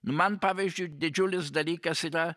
man pavyzdžiui didžiulis dalykas yra